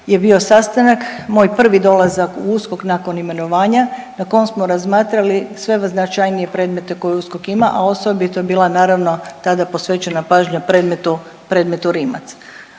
je bio sastanak moj prvi dolazak u USKOK nakon imenovanja na kom smo razmatrali sve značajnije predmete koje USKOK ima, a osobito je bila naravno tada posvećena pažnja predmetu,